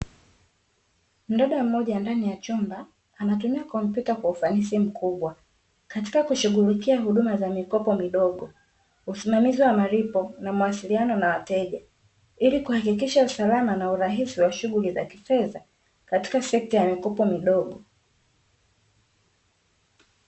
Mdada mmoja ndani ya chumba anatumia kompyuta kwa ufanisi mkubwa, katika kushughulikia huduma za mikopo midogo, usimamizi wa malipo na mawasiliano na wateja ili kuhakikisha usalama na urahisi, wa shughuli za kifedha katika sekta ya mikopo midogo.